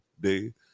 day